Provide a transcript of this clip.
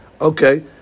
Okay